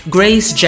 Grace